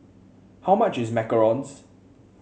how much is macarons